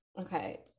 Okay